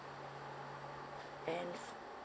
and